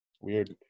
Weird